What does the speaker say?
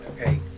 Okay